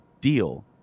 deal